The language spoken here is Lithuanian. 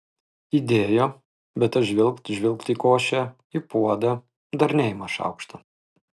įdėjo bet tas žvilgt žvilgt į košę į puodą dar neima šaukšto